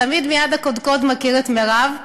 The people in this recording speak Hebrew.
תמיד הקודקוד מייד מכיר את מירב.